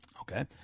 Okay